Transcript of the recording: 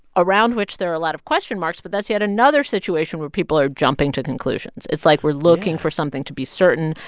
around which there are a lot of question marks. but that's yet another situation where people are jumping to conclusions. it's like we're looking for something to be certain,